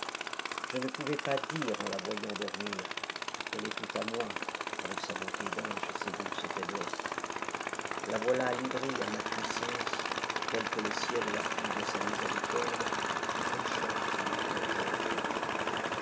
je ne pouvais pas dire en la voyant dormir elle est toute à moi avec sa beauté d'ange et ses douces faiblesses la voilà livrée à ma puissance telle que le ciel la fit dans sa miséricorde pour enchanter un coeur d'homme